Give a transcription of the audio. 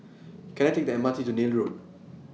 Can I Take The M R T to Neil Road